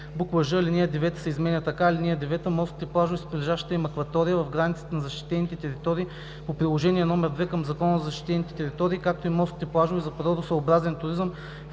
ж) алинея 9 се изменя така: „(9) Морските плажове с прилежащата им акватория в границите на защитените територии по приложение № 2 към Закона за защитените територии, както и морските плажове за природосъобразен туризъм,